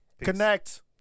Connect